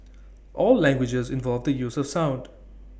all languages involve the use of sound